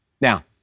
Now